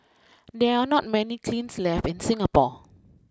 there are not many kilns left in Singapore